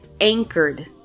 anchored